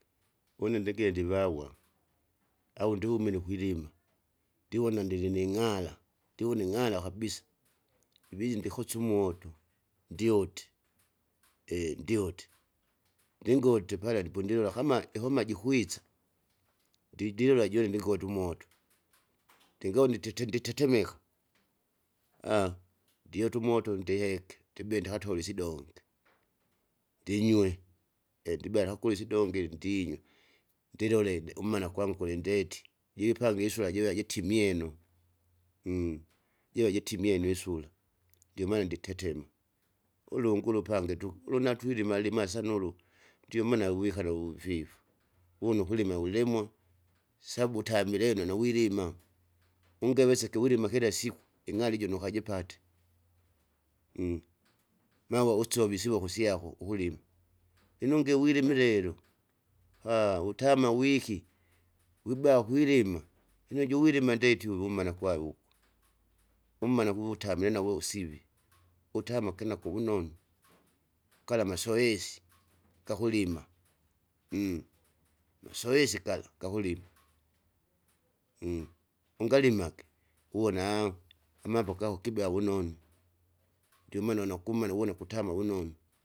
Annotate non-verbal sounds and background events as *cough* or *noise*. Une ndigendivawa, au ndihumine ukwilima ndivona ndilining'ala ndiwone ng'ala kabisa, ibidi ndikosye umoto, ndiote, *hesitation* ndiote. Ndingote pala ndipo ndilula kama ihoma jikwisa, ndindilula june ndikota umoto, ndingaune titi nditetemeka, *hesitation* ndiota umoto ndiheke ndibinde akatole isidonge, ndinywe endebela akule isidonge ndinywa, ndilolede umana kwangu kulindeti, jipange isura jiva jitimieno, *hesitation* jiva jitimieno isura, ndimaana nditetema, ulungu ulupange tuku lunatwilima lila sana ulu, ndiomaana wikala uwuvivu uwuna ukulima wulimwa, sabu utamilene nowilima. Ungeweseke wilima kilasiku ing'ali ijo nukajipate, *hesitation* magwa usove usove isivoko syako ukulima, inunge wirimilelo *hesitation* utama wiki wiba kwilima, lono jowilima ndeti uvu umana kwave ukwa. Ummana kuvutamile navo usivi, utama kinako vunonu, gala masoesi gakulima, *hesitation* masoesi gala gakulima, *hesitation* ungalimage uwona *hesitation* amamo gako kibea vunonu. Ndiomaana unakumana wuna kutama vunonu.